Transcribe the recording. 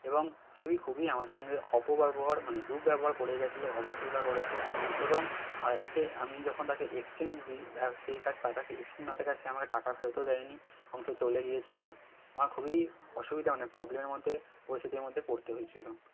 এবং সিবি খুবই আমার সঙ্গে অপব্যবহার মানে দুর্ব্যবহার করে গিয়েছিল অভদ্রতা করেছে এবং তার কাছে আমি যখন তাকে এক্সচেঞ্জ দিই সে কাছে তার কাছে এক্সচেঞ্জ না থাকায় সে আমাকে টাকা ফেরতও দেয়নি এবং সে চলে গিয়েছিল আমার খুবই অসুবিধা মানে প্রবলেমের মধ্যে পরিস্থিতির মধ্যে পড়তে হয়েছিল